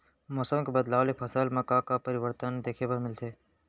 मौसम के बदलाव ले फसल मा का का परिवर्तन देखे बर मिलथे?